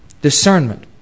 Discernment